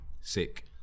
sick